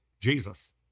Jesus